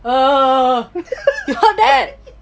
you heard that